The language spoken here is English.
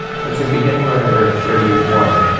as we begin row number thirty one,